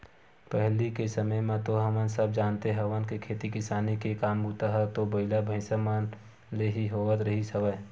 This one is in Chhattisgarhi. पहिली के समे म तो हमन सब जानते हवन के खेती किसानी के काम बूता ह तो बइला, भइसा मन ले ही होवत रिहिस हवय